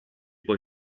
poi